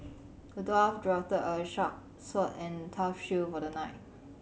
the dwarf drafted a sharp sword and a tough shield for the knight